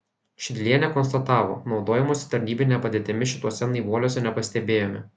šidlienė konstatavo naudojimosi tarnybine padėtimi šituose naivuoliuose nepastebėjome